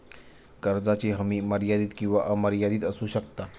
कर्जाची हमी मर्यादित किंवा अमर्यादित असू शकता